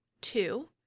Two